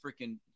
freaking